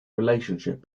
relationship